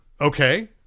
okay